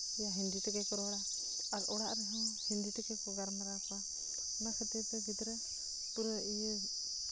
ᱭᱟ ᱦᱤᱱᱫᱤ ᱛᱮᱜᱮ ᱠᱚ ᱨᱚᱲᱟ ᱟᱨ ᱚᱲᱟᱜ ᱨᱮᱦᱚᱸ ᱦᱤᱱᱫᱤ ᱛᱮᱜᱮ ᱠᱚ ᱜᱟᱞᱢᱟᱨᱟᱣ ᱠᱚᱣᱟ ᱚᱱᱟ ᱠᱷᱟᱹᱛᱤᱨ ᱛᱮ ᱜᱤᱫᱽᱨᱟᱹ ᱯᱩᱨᱟᱹ ᱤᱭᱟᱹ